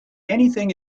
anything